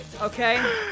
okay